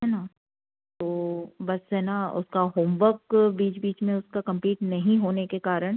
है न तो बस है न उसका होमवर्क बीच बीच में उसका कम्प्लीट नहीं होने के कारण